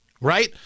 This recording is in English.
Right